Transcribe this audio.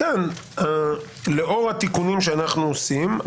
לאור התיקונים שאנחנו עושים,